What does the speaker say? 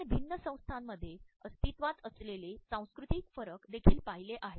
आपण भिन्न संस्थांमध्ये अस्तित्त्वात असलेले सांस्कृतिक फरक देखील पाहिले आहेत